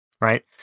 Right